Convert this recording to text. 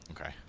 Okay